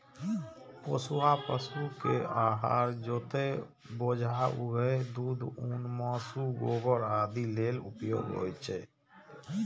पोसुआ पशु के हर जोतय, बोझा उघै, दूध, ऊन, मासु, गोबर आदि लेल उपयोग होइ छै